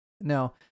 Now